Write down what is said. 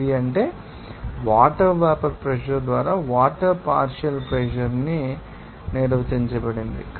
8 అంటే water vapour pressure ద్వారా water partial pressure అని నిర్వచించబడింది